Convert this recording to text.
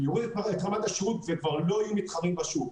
יוריד את רמת השירות וכבר לא יהיו מתחרים בשוק.